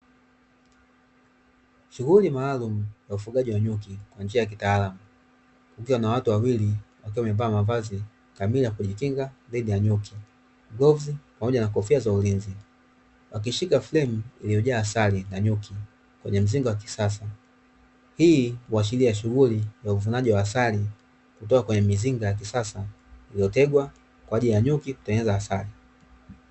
Shughuli maalumu za ufugaji wa nyuki kwa njia za kitaalamu, kukiwa na watu wawili wakiwa wamevaa mavazi kamili ya kujikinga na nyuki, glovu pamoja na kofia za ulinzi, wakishika fremu iliyojaa asali ya nyuki kwenye mzinga wa kisasa. Hii huashiria shughuli za uvunaji wa asali kutoka kwenye mizinga ya kisasa iliyotegwa kwa ajili ya nyuki kutengeneza asali.